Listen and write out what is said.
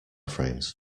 frames